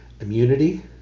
immunity